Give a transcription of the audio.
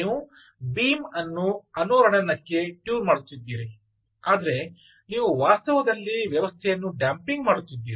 ನೀವು ಬೀಮ್ ಅನ್ನು ಅನುರಣನಕ್ಕೆ ಟ್ಯೂನ್ ಮಾಡುತ್ತಿದ್ದೀರಿ ಆದರೆ ನೀವು ವಾಸ್ತವದಲ್ಲಿ ವ್ಯವಸ್ಥೆಯನ್ನು ಡ್ಯಾಮಪಿಂಗ್ ಮಾಡುತ್ತಿದ್ದೀರಿ